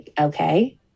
Okay